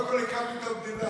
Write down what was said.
קודם כול הקמנו את המדינה,